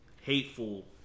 hateful